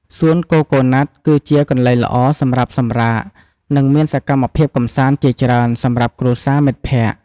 សួនកូកូណាត់គឺជាកន្លែងល្អសម្រាប់សម្រាក និង មានសកម្មភាពកម្សាន្តជាច្រើនសម្រាប់គ្រួសារ មិត្តភក្តិ។